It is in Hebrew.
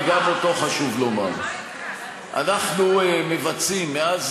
וגם אותו חשוב לומר: אנחנו מבצעים מאז